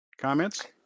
comments